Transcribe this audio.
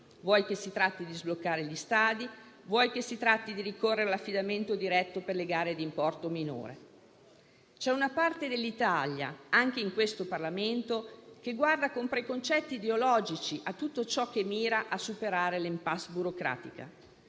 vuoi che si tratti di sbloccare gli stadi, vuoi che si tratti di ricorrere all'affidamento diretto per le gare di importo minore. C'è una parte dell'Italia, anche in questo Parlamento, che guarda con preconcetti ideologici a tutto ciò che mira a superare l'*impasse* burocratica.